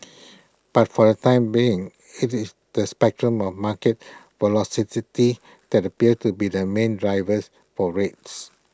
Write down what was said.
but for the time being IT is the spectre more market that appears to be the main drivers for rates